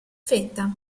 fetta